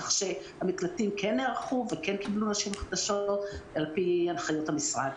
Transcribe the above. כך שהמקלטים כן נערכו וכן קיבלו נשים חדשות על-פי הנחיות המשרד.